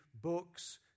books